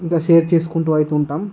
ఇంకా షేర్ చేసుకుంటునైతే ఉంటాము